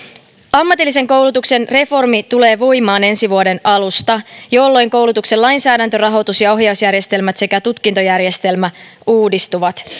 ammatillisen koulutuksen reformi tulee voimaan ensi vuoden alusta jolloin koulutuksen lainsäädäntörahoitus ja ohjausjärjestelmät sekä tutkintojärjestelmä uudistuvat